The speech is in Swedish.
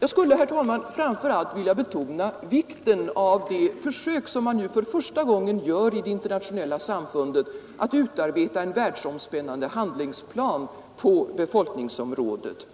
Jag skulle framför allt vilja betona vikten av de försök som nu för första gången görs i det internationella samfundet att utarbeta en världsomspännande handlingsplan på befolkningsområdet.